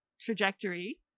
trajectory